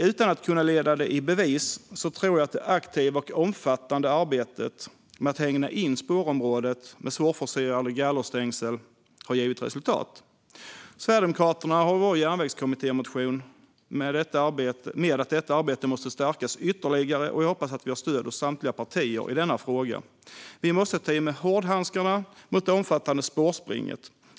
Utan att kunna leda det i bevis tror jag att det aktiva och omfattande arbetet med att hägna in spårområden med svårforcerade gallerstängsel givit resultat. Sverigedemokraterna har i sin järnvägskommittémotion skrivit att detta arbete måste stärkas ytterligare, och jag hoppas att vi har stöd hos samtliga partier i denna fråga. Vi måste ta i med hårdhandskarna mot det omfattande spårspringet.